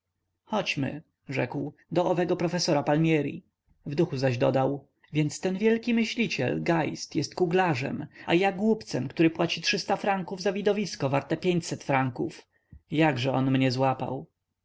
chodźmy rzekł do owego profesora palmieri w duchu zaś dodał więc ten wielki myśliciel geist jest kuglarzem a ja głupcem który płaci franków za widowisko warte pięćset franków jakże on mnie złapał